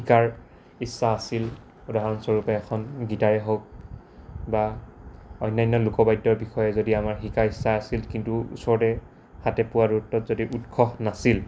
শিকাৰ ইচ্ছা আছিল উদাহৰণস্বৰূপে এখন গিটাৰেই হওক বা অন্যান্য লোকবাদ্যৰ বিষয়ে যদি আমাৰ শিকাৰ ইচ্ছা আছিল কিন্তু ওচৰতে হাতে পোৱা দূৰত্বত যদি উৎস নাছিল